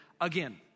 again